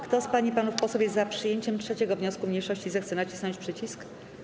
Kto z pań i panów posłów jest za przyjęciem 3. wniosku mniejszości, zechce nacisnąć przycisk.